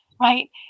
right